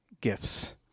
gifts